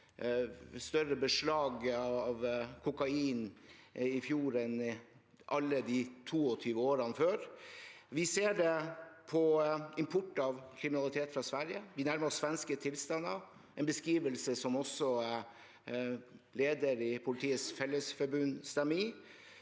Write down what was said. større beslag av kokain i fjor enn i alle de 22 årene før, og vi ser det på import av kriminalitet fra Sverige. Vi nærmer oss svenske tilstander. Det er en beskrivelse som også lederen i Politiets Fellesforbund stemmer